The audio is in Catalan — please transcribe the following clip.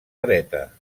dreta